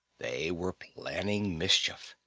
they were planning mischief.